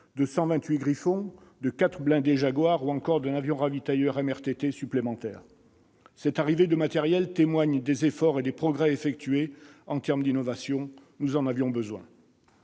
blindés Griffon, de 4 blindés Jaguar, ou encore d'un avion ravitailleur MRTT supplémentaire. Cette arrivée de matériels témoigne des efforts et des progrès effectués en termes d'innovation. Nous en avions besoin